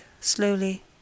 slowly